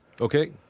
Okay